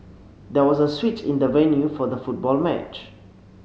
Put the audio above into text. there was a switch in the venue for the football match